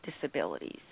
disabilities